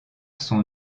son